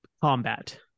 combat